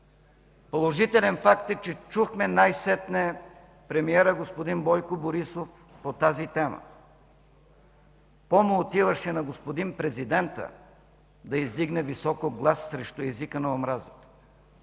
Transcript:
Положителен факт е, че чухме най-сетне премиера господин Бойко Борисов по тази тема. По му отиваше на господин президента да издигне високо глас срещу езика на омразата.